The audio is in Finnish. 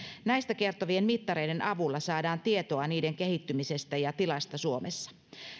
näistä kertovien mittareiden avulla saadaan tietoa niiden kehittymisestä ja tilasta suomessa